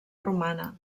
romana